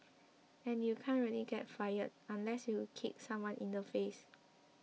and you can't really get fired unless you kicked someone in the face